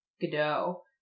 Godot